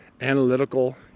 analytical